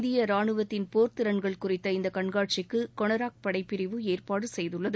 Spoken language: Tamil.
இந்திய ராணுவத்தின் போர் திறன்கள் குறித்த இந்த கண்காட்சிக்கு கொனாரக் படைப்பிரிவு ஏற்பாடு செய்துள்ளது